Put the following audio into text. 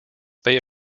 they